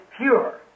pure